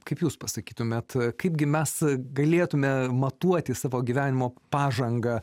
kaip jūs pasakytumėt kaipgi mes galėtume matuoti savo gyvenimo pažangą